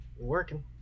working